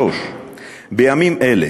3. בימים אלה